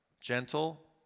gentle